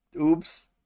oops